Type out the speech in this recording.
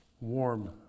warm